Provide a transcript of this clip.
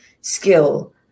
skill